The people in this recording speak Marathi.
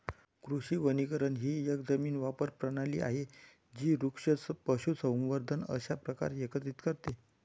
कृषी वनीकरण ही एक जमीन वापर प्रणाली आहे जी वृक्ष, पशुसंवर्धन अशा प्रकारे एकत्रित करते